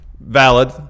Valid